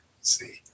see